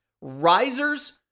risers